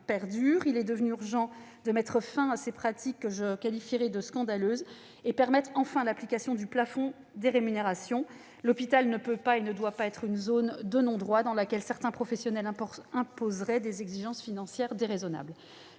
Il est devenu urgent de mettre fin à ces pratiques que je qualifierais de scandaleuses, et de permettre enfin l'application du plafond des rémunérations. L'hôpital ne peut pas et ne doit pas être une zone de non-droit dans laquelle certains professionnels imposeraient des exigences financières déraisonnables.